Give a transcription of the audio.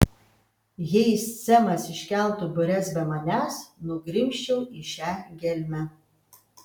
jei semas iškeltų bures be manęs nugrimzčiau į šią gelmę